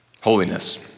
Holiness